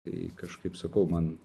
tai kažkaip sakau man